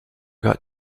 got